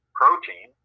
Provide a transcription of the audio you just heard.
protein